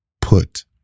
put